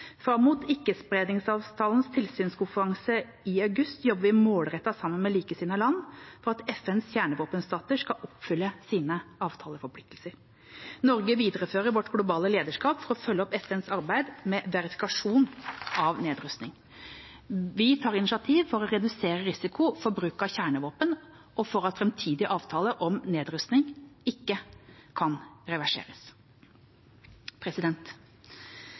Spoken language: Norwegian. Fram mot ikkespredningsavtalens tilsynskonferanse i august jobber vi målrettet sammen med likesinnede land for at FNs kjernevåpenstater skal oppfylle sine avtaleforpliktelser. Norge viderefører vårt globale lederskap for å følge opp FNs arbeid med verifikasjon av nedrustning. Vi tar initiativ for å redusere risiko for bruk av kjernevåpen og for at framtidige avtaler om nedrustning ikke kan reverseres.